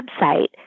website